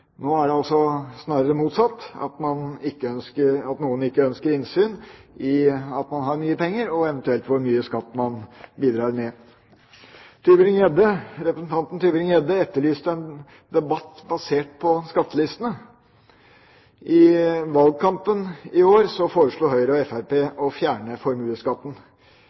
Nå er det altså snarere motsatt – man ønsker ikke innsyn i at man har mye penger, og eventuelt hvor mye skatt man bidrar med. Representanten Tybring-Gjedde etterlyste en debatt basert på skattelistene. I valgkampen i år foreslo Høyre og Fremskrittspartiet å fjerne formuesskatten.